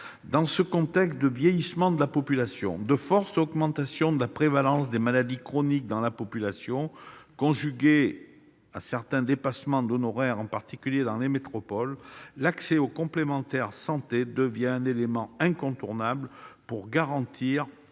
Dans un contexte de vieillissement de la population et de forte augmentation de la prévalence des maladies chroniques, conjugué aux dépassements d'honoraires, en particulier dans les métropoles, l'accès aux complémentaires santé devient un élément incontournable pour garantir